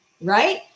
Right